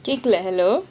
கேக்குதா:keakutha hello